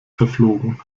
verflogen